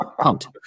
pumped